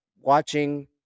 watching